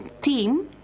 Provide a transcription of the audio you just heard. team